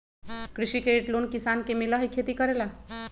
कृषि credit loan किसान के मिलहई खेती करेला?